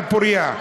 על בורייה.